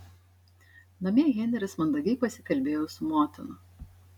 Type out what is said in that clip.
namie henris mandagiai pasikalbėjo su motina